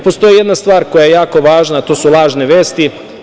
Postoji jedna stvar koja je jako važna, a to su lažne vesti.